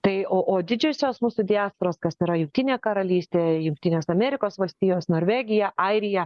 tai o o didžiosios mūsų diasporos kas yra jungtinė karalystė jungtinės amerikos valstijos norvegija airija